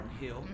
Hill